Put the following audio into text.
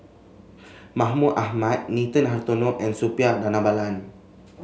Mahmud Ahmad Nathan Hartono and Suppiah Dhanabalan